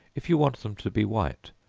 if you want them to be white,